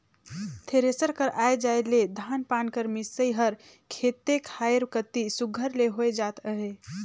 thresher कर आए जाए ले धान पान कर मिसई हर खेते खाएर कती सुग्घर ले होए जात अहे